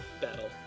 battle